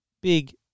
big